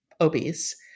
obese